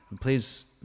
Please